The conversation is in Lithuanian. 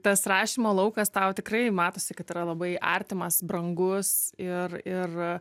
tas rašymo laukas tau tikrai matosi kad yra labai artimas brangus ir ir